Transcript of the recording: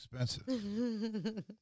expensive